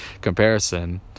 comparison